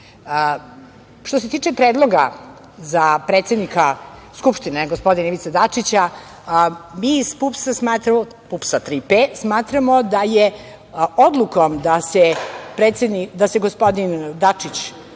se tiče Predloga za predsednika Skupštine, gospodina Ivice Dačića, mi iz PUPS „Tri P“ smatramo da je odlukom da se gospodin Dačić